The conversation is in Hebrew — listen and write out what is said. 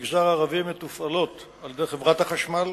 לעניין החשמל: תשתיות החשמל במגזר הערבי מתופעלות על-ידי חברת החשמל.